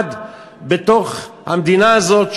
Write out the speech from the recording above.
מיוחד בתוך המדינה הזאת,